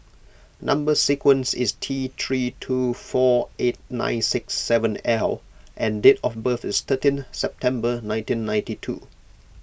Number Sequence is T three two four eight nine six seven L and date of birth is thirteen September nineteen ninety two